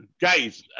guys